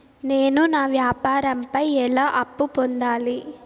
నేను నా వ్యాపారం పై ఎలా అప్పు పొందాలి?